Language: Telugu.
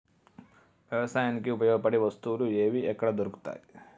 వ్యవసాయానికి ఉపయోగపడే వస్తువులు ఏవి ఎక్కడ దొరుకుతాయి?